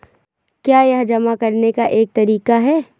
क्या यह जमा करने का एक तरीका है?